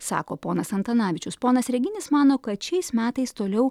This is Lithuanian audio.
sako ponas antanavičius ponas reginis mano kad šiais metais toliau